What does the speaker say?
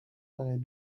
paraît